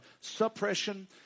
suppression